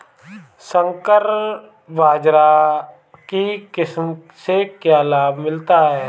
संकर बाजरा की किस्म से क्या लाभ मिलता है?